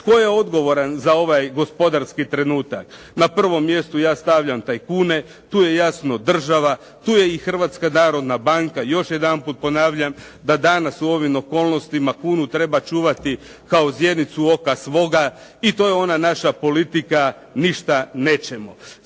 Tko je odgovoran za ovaj gospodarski trenutak? Na prvom mjestu ja stavljam tajkune. Tu je jasno država. Tu je i Hrvatska narodna banka. Još jedanput ponavljam, da danas u ovim okolnostima kunu treba čuvati kao zjenicu oka svoga i to je ona naša politika ništa nećemo.